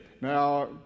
Now